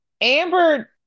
Amber